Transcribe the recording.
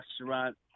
restaurant